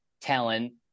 talent